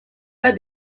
pas